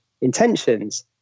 intentions